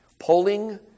Polling